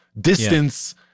distance